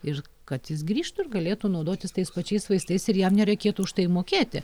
ir kad jis grįžtų ir galėtų naudotis tais pačiais vaistais ir jam nereikėtų už tai mokėti